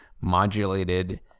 modulated